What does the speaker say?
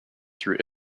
through